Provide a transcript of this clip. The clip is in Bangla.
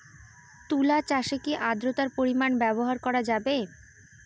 তুলা চাষে কি আদ্রর্তার পরিমাণ ব্যবহার করা যাবে?